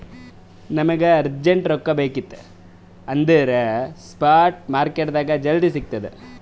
ನಮುಗ ಅರ್ಜೆಂಟ್ ಆಗಿ ರೊಕ್ಕಾ ಬೇಕಿತ್ತು ಅಂದುರ್ ಸ್ಪಾಟ್ ಮಾರ್ಕೆಟ್ನಾಗ್ ಜಲ್ದಿ ಸಿಕ್ತುದ್